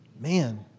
Man